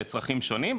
לצרכים שונים,